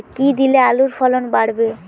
কী দিলে আলুর ফলন বাড়বে?